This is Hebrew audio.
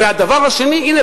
והדבר השני: הנה,